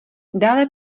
dále